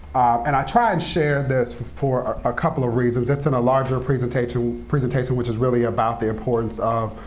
and i try and share this for a couple of reasons. it's in a larger presentation presentation which is really about the importance of,